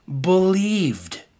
believed